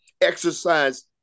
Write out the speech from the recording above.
exercise